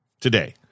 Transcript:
today